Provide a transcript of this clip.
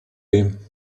him